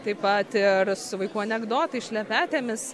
taip pat ir su vaikų anekdotais šlepetėmis